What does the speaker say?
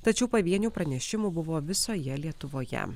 tačiau pavienių pranešimų buvo visoje lietuvoje